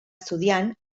estudiant